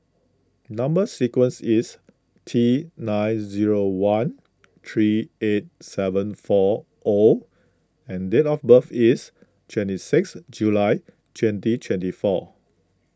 Number Sequence is T nine zero one three eight seven four O and date of birth is twenty six July twenty twenty four